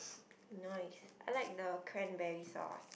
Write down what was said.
nice I like the cranberry sauce